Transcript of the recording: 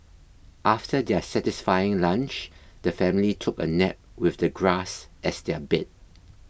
after their satisfying lunch the family took a nap with the grass as their bed